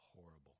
horrible